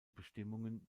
bestimmungen